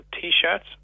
T-shirts